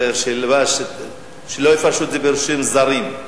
שלא יפרשו פירושים זרים.